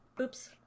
oops